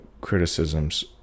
criticisms